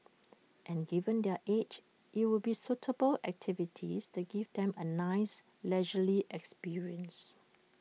and given their age it'll be suitable activities that give them A nice leisurely experience